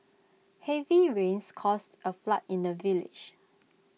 heavy rains caused A flood in the village